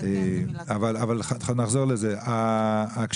נחזור לנושא: שמעתי עכשיו בשורה שמשרד הבריאות